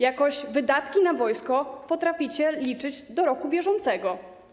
Jakoś wydatki na wojsko potraficie liczyć do roku bieżącego.